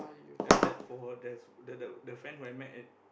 except for there's the the the friend who I met at